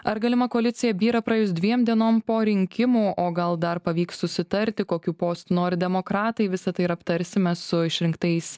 ar galima koalicija byra praėjus dviem dienom po rinkimų o gal dar pavyks susitarti kokių postų nori demokratai visa tai ir aptarsime su išrinktais